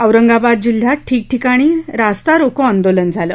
औरंगाबाद जिल्ह्यात ठिकठिकाणी रास्ता रोको आंदोलन झालं